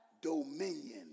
dominion